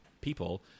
people –